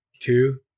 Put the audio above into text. two